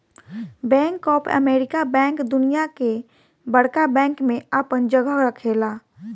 bank of America bank दुनिया के बड़का बैंक में आपन जगह रखेला